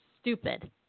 stupid